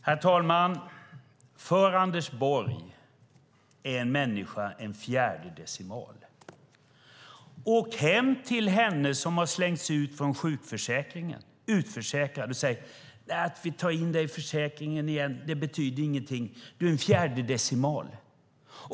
Herr talman! För Anders Borg är en människa en fjärde decimal. Åk hem till henne som har slängts ut från sjukförsäkringen och säg: Att vi tar in dig i försäkringen igen betyder ingenting. Du är en fjärde decimal.